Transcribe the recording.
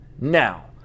Now